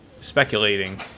speculating